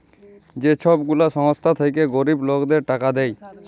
যে ছব গুলা সংস্থা থ্যাইকে গরিব লকদের টাকা দেয়